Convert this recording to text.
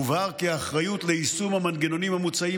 הובהר כי האחריות ליישום המנגנונים המוצעים